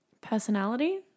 Personality